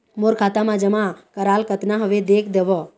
मोर खाता मा जमा कराल कतना हवे देख देव?